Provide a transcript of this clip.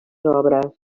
obres